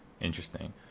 Interesting